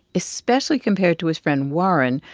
especially compared to his friend warren,